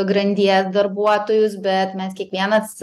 grandies darbuotojus bet mes kiekvienas